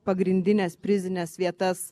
pagrindines prizines vietas